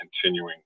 continuing